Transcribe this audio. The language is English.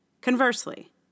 Conversely